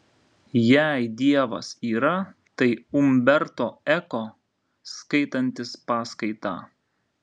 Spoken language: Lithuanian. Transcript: jei dievas yra tai umberto eko skaitantis paskaitą